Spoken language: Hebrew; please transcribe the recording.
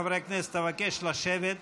חברי הכנסת, אבקש לשבת.